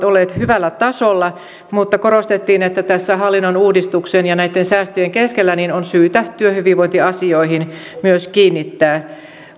olleet hyvällä tasolla mutta korostettiin että tässä hallinnonuudistuksen ja näitten säästöjen keskellä on syytä myös työhyvinvointiasioihin kiinnittää